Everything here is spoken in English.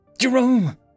Jerome